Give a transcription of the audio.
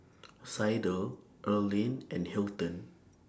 Sydell Erline and Hilton